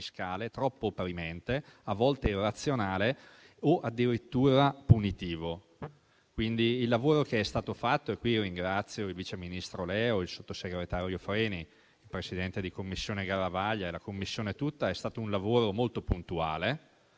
troppo opprimente, a volte irrazionale o addirittura punitivo. Il lavoro che è stato fatto - di cui ringrazio il vice ministro Leo, il sottosegretario Freni, il presidente Garavaglia e la Commissione tutta - è stato molto puntuale